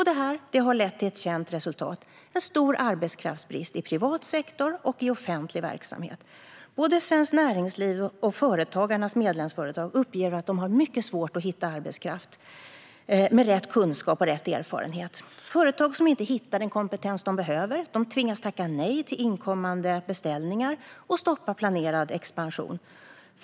Det här har lett till ett känt resultat: en stor arbetskraftsbrist i privat sektor och i offentlig verksamhet. Både Svenskt Näringsliv och Företagarnas medlemsföretag uppger att de har mycket svårt att hitta arbetskraft med rätt kunskap och rätt erfarenhet. Företag som inte hittar den kompetens de behöver tvingas tacka nej till inkommande beställningar och stoppa planerad expansion.